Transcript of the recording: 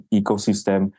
ecosystem